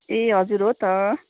ए हजुर हो त